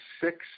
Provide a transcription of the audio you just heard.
six